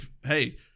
Hey